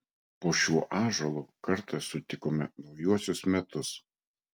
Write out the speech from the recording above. po šiuo ąžuolu kartą sutikome naujuosius metus